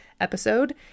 episode